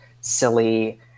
silly